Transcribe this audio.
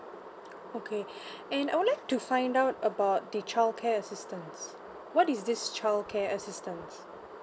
okay and I would like to find out about the childcare assistance what is this childcare assistance